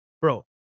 bro